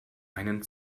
einen